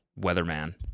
weatherman